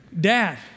Dad